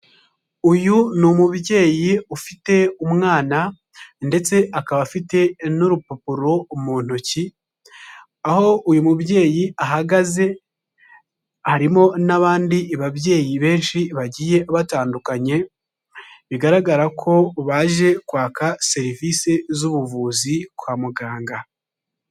Uyu ni umubyeyi ufite umwana ndetse akaba afite n'urupapuro mu ntoki aho uyu mubyeyi ahagaze, harimo n'abandi babyeyi benshi bagiye batandukanye, bigaragara ko baje kwaka serivise z'ubuvuzi kwa muganga.